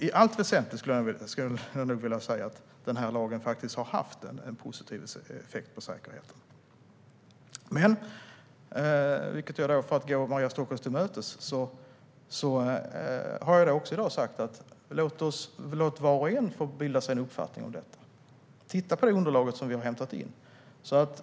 I allt väsentligt skulle jag nog vilja säga att den här lagen har haft en positiv effekt på säkerheten. Men för att gå Maria Stockhaus till mötes har jag i dag sagt att var och en ska få bilda sig en uppfattning om detta och titta på det underlag som vi har hämtat in.